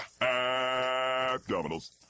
abdominals